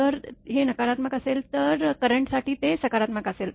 जर हे नकारात्मक असेल तर करेंट साठी ते सकारात्मक असेल